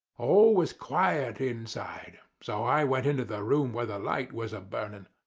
all was quiet inside, so i went into the room where the light was a-burnin'.